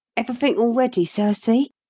everythink all ready, sir see!